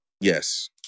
Yes